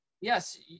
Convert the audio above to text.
yes